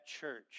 church